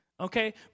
Okay